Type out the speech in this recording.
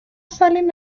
salen